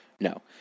No